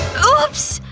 oops!